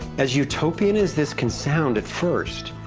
as utopian as this can sound at first,